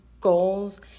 goals